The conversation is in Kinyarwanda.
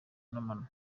n’amanywa